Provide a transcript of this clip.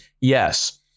yes